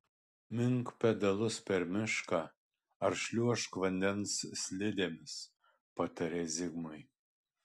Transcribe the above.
mink pedalus per mišką ar šliuožk vandens slidėmis patarė zigmui